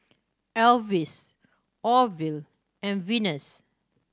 Elvis Orvil and Venus